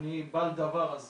אני בעל דבר אז